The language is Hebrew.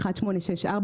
החלטה מס' 1864,